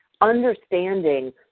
understanding